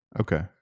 Okay